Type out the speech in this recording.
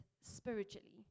spiritually